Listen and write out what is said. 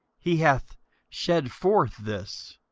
he hath shed forth this,